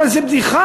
אבל זה בדיחה.